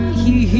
hear.